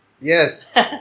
Yes